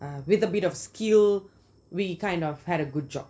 ah with a bit of skill we kind of had a good job